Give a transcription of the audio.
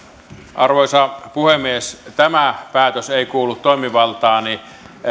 arvoisa puhemies tämä päätös ei kuulu toimivaltaani